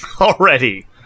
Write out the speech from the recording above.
already